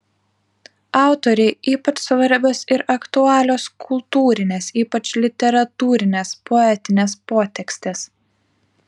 autorei ypač svarbios ir aktualios kultūrinės ypač literatūrinės poetinės potekstės